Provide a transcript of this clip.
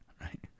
right